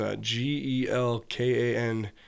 G-E-L-K-A-N